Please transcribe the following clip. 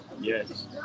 Yes